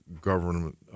government